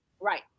right